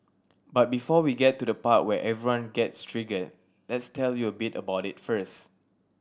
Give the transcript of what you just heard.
but before we get to the part where everyone gets triggered let's tell you a bit about it first